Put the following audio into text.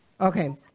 Okay